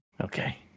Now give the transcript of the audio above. Okay